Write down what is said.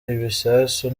ibisasu